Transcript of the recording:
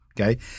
okay